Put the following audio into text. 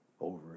over